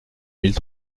mille